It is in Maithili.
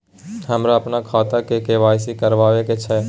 हमरा अपन खाता के के.वाई.सी करबैक छै